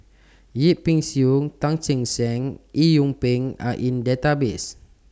Yip Pin Xiu Tan Che Sang and Eng Yee Peng Are in The Database